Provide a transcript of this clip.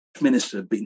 minister